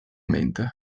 mente